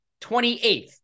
28th